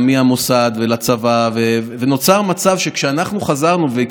דבר שלא מקובל, ומקומו לא יכירנו באף